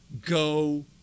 go